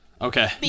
Okay